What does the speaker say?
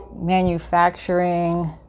manufacturing